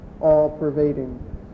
all-pervading